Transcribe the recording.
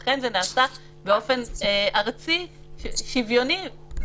לכן, זה נעשה באופן ארצי ושוויוני.